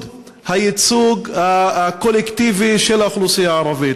הייצוג הקולקטיבי של האוכלוסייה הערבית.